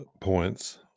points